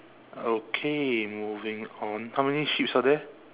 okay moving on how many sheeps are there